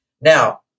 Now